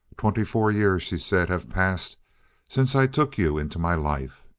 twenty-four years, she said, have passed since i took you into my life.